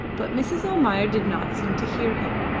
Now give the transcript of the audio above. but mrs. almayer did not seem to hear him.